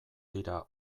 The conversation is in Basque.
dira